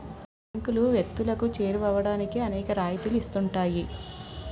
బ్యాంకులు వ్యక్తులకు చేరువవడానికి అనేక రాయితీలు ఇస్తుంటాయి